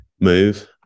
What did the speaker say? move